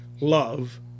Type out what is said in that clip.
love